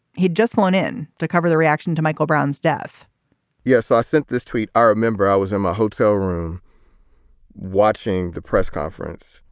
he'd just flown in to cover the reaction to michael brown's death yes, i sent this tweet. i remember i was in my hotel room watching the press conference.